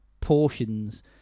portions